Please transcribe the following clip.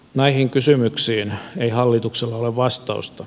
näihin kysymyksiin ei hallituksella ole vastausta